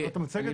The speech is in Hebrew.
את המצגת.